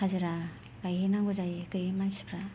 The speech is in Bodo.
हाजिरा गाइहैनांगौ गैयै मानसिफ्रा